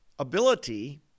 ability